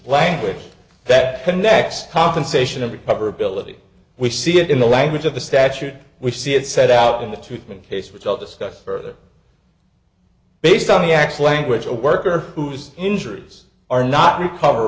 language that connects compensation of the probability we see it in the language of the statute we see it set out in the treatment case which i'll discuss further based on the x language a worker whose injuries are not recover